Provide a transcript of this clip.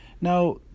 Now